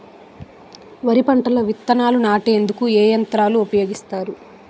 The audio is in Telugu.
వరి పంటలో విత్తనాలు నాటేందుకు ఏ యంత్రాలు ఉపయోగిస్తారు?